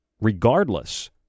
regardless